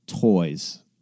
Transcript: toys